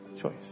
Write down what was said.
choice